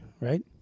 right